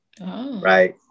Right